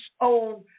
own